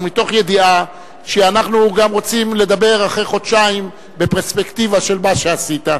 ומתוך ידיעה שאנחנו גם רוצים לדבר אחרי חודשיים בפרספקטיבה של מה שעשית,